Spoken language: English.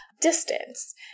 distance